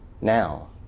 now